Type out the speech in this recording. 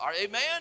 Amen